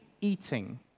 eating